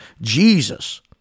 Jesus